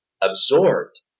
absorbed